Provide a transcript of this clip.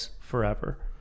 forever